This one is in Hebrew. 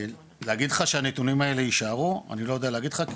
להגיד לך שהנתונים האלה יישארו אני לא יודע להגיד לך,